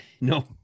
no